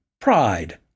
pride